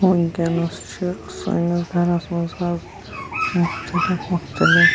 وٕنکیٚنَس چھِ سٲنِس گَرَس منٛز حظ مختلف مختلف